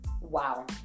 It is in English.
Wow